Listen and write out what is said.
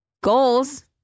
goals